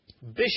bishop